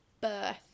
birth